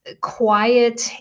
quiet